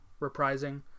reprising